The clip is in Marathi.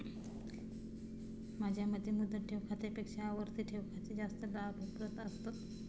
माझ्या मते मुदत ठेव खात्यापेक्षा आवर्ती ठेव खाते जास्त लाभप्रद असतं